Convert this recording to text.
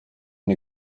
and